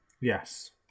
Yes